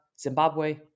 Zimbabwe